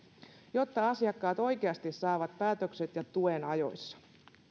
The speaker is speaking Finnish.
jotta asiakkaat oikeasti saavat päätökset ja tuen ajoissa